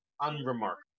unremarkable